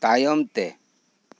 ᱛᱟᱭᱚᱢ ᱛᱮ